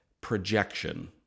projection